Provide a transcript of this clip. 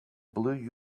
blue